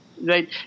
right